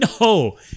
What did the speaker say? no